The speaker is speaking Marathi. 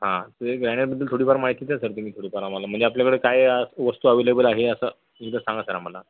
हा ते ग्रॅनाइटबद्दल थोडीफार माहिती देत जा तुम्ही थोडीफार आम्हाला म्हणजे आपल्याकडे काय आहे वस्तू अव्हेलेबल आहे असं एकदा सांगा सर आम्हाला